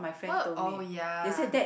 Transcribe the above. what oh ya